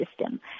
system